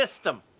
system